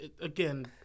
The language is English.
Again